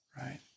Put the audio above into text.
Right